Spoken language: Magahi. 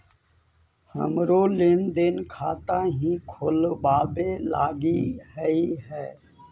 हमरो लेन देन खाता हीं खोलबाबे लागी हई है